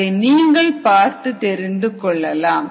அதை நீங்கள் பார்த்து தெரிந்து கொள்ளலாம்